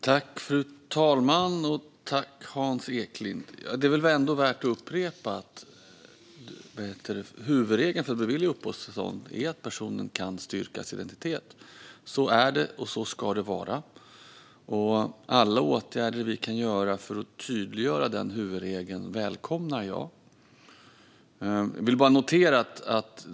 Fru talman! Det är ändå värt att upprepa att huvudregeln för att bevilja uppehållstillstånd är att personen kan styrka sin identitet. Så är det, och så ska det vara. Jag välkomnar alla åtgärder vi kan göra för att tydliggöra denna huvudregel.